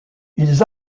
ils